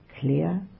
clear